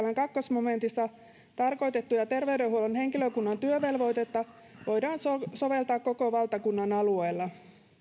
momentissa tarkoitettuja terveydenhuollon henkilökunnan työvelvoitteita voidaan soveltaa koko valtakunnan alueella